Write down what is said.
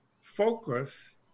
focus